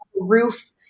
roof